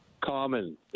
common